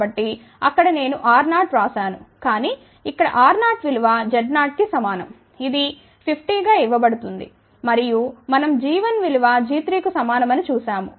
కాబట్టి అక్కడ నేను R0వ్రాసాను కాని ఇక్కడ R0 విలువ Z0కి సమానం ఇది 50 గా ఇవ్వబడింది మరియు మనం g1విలువ g3 కు సమాన మని చూశాము